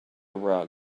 rug